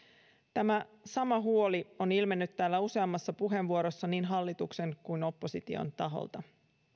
tämä sama huoli on ilmennyt täällä useammassa puheenvuorossa niin hallituksen kuin opposition taholta